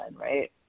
right